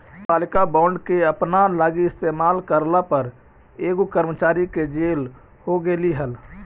नगरपालिका बॉन्ड के अपना लागी इस्तेमाल करला पर एगो कर्मचारी के जेल हो गेलई हल